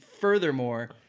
furthermore